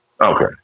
Okay